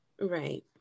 Right